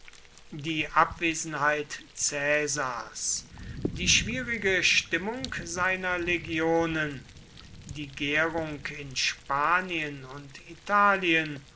die abwesenheit caesars die schwierige stimmung seiner legionen die gärung in spanien und italien